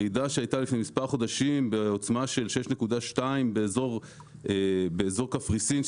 הרעידה שהייתה לפני מספר חודשים בעוצמה של 6.2 באיזור קפריסין,